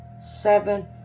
seven